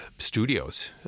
Studios